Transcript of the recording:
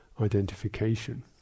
identification